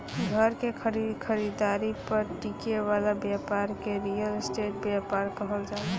घर के खरीदारी पर टिके वाला ब्यपार के रियल स्टेट ब्यपार कहल जाला